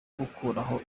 gukuraho